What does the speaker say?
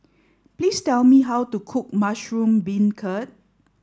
please tell me how to cook Mushroom Beancurd